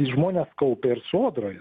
žmonęs kaupia ir sodroje